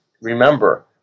remember